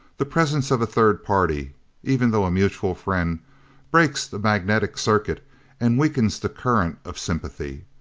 the presence of a third party even though a mutual friend breaks the magnetic circuit and weakens the current of sympathy.